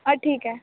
हां ठीक आहे